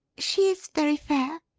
she is very fair?